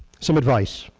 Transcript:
some advice.